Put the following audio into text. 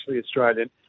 Australian